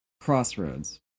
crossroads